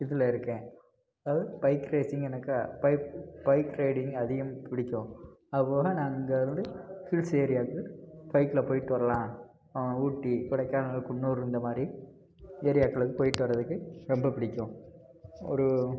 இதில் இருக்கேன் அதாவது பைக் ரேஸிங் எனக்கு பைக் பைக் ரைடிங் அதிகம் பிடிக்கும் அதுபோக நான் இங்கேருந்து ஹில்ஸ் ஏரியாக்கு பைக்கில் போய்விட்டு வரலாம் ஊட்டி கொடைக்கானல் குன்னூர் இந்தமாதிரி ஏரியாக்களுக்கு போய்விட்டு வர்றதுக்கு ரொம்ப பிடிக்கும் ஒரு